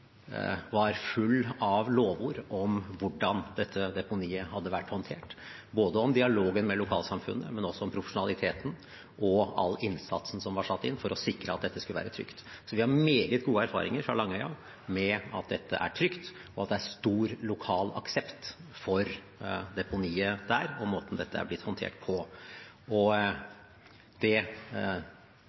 var full av lovord over hvordan dette deponiet hadde vært håndtert, både med hensyn til dialogen med lokalsamfunnet, profesjonaliteten og all innsatsen som var satt inn for å sikre at dette skulle være trygt. Så vi har meget gode erfaringer fra Langøya med at dette er trygt, og at det er stor lokal aksept for deponiet der og måten dette er blitt håndtert på. Det gir meg stor trygghet for at sikkerheten vil bli ivaretatt. Og